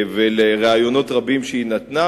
ולראיונות רבים שהיא נתנה,